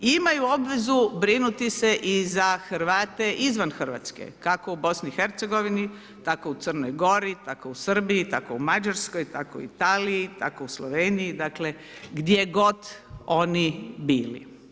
Imaju obvezu brinuti se i za Hrvate izvan Hrvatske, kako u BiH tako u Crnoj Gori, tako u Srbiji, tako u Mađarskoj, tako u Italiji, tako u Sloveniji, dakle gdje oni bili.